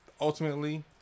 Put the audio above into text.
ultimately